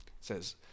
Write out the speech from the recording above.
says